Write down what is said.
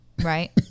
Right